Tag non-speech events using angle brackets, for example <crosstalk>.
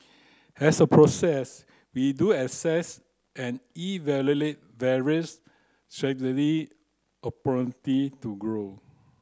as a process we do assess and evaluate various <unintelligible> to growth